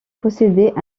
possédaient